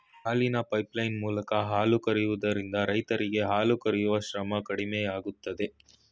ಹಾಲಿನ ಪೈಪ್ಲೈನ್ ಮೂಲಕ ಹಾಲು ಕರಿಯೋದ್ರಿಂದ ರೈರರಿಗೆ ಹಾಲು ಕರಿಯೂ ಶ್ರಮ ಕಡಿಮೆಯಾಗುತ್ತೆ